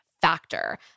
Factor